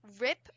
rip